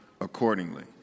accordingly